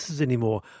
anymore